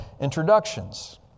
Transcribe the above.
introductions